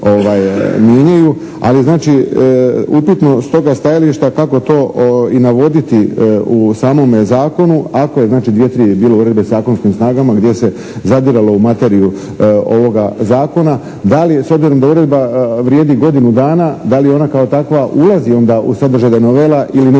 Ali znači upitno s toga stajališta kako to i navoditi u samome zakonu ako je znači dvije-tri bilo uredbe sa zakonskim snagama gdje se zadiralo u materiju ovoga zakona, dali je s obzirom da uredba vrijedi godinu dana, dali ona kao takva ulazi u sadržaj novela ili ne ulazi.